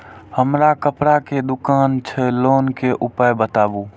हमर कपड़ा के दुकान छै लोन के उपाय बताबू?